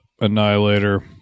annihilator